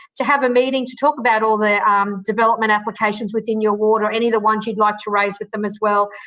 to have a meeting, to talk about all the development applications within your ward, or any of the ones you'd like to raise with them as well,